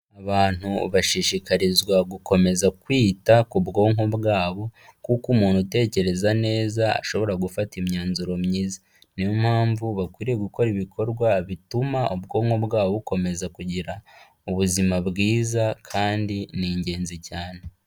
Abantu bashishikarizwa gukomeza kwita ku bwonko bwabo, kuko umuntu utekereza neza, ashobora gufata imyanzuro myiza. Niyo mpamvu bakwiriye gukora ibikorwa bituma ubwonko bwabo bukomeza kugira ubuzima bwiza kandi ni ingenzi cyane.